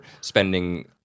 spending